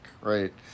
right